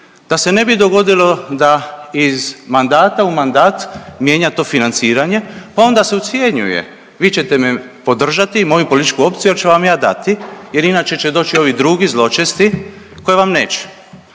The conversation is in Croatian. da se ne bi dogodilo da iz mandata u mandat mijenja to financiranje, pa onda se ucjenjuje. Vi ćete me podržati, moju političku opciju jer ću vam ja dati, jer inače će doći ovi drugi zločesti koji vam neće.